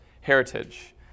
heritage